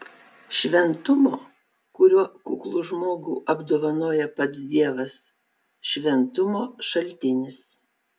šventumo kuriuo kuklų žmogų apdovanoja pats dievas šventumo šaltinis